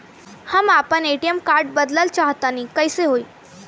हम आपन ATM card बदलल चाह तनि कइसे होई?